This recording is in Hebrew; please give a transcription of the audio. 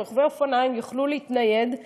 שרוכבי אופניים יוכלו להתנייד.